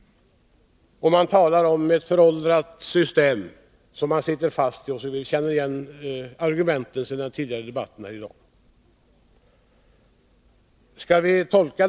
Man talar om ett föråldrat system, där vi sitter fast. Jag känner igen sådana argument från debatten tidigare här i dag.